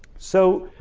so